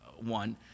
one